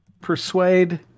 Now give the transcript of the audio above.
persuade